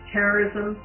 Terrorism